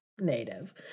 native